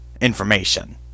information